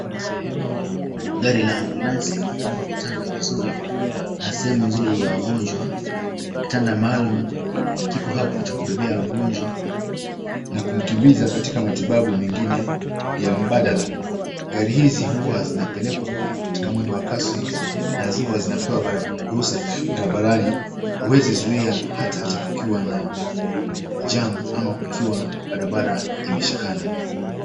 Gari la ambulansi limepangwa vitanda vizuri na sehemu nzuri ya wagonjwa. Kitanda maalum kiko hapo cha kubebea mgonjwa na kumkimbiza katika matibabu mengine ya mbadala. Gari hizi huwa zinapelekwa katika mwendo wa kasi na huwa zinapewa ruhusa barabarani. Huwezi zuia hata kukiwa na jam ama kukiwa barabara imeshikana.